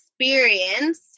experience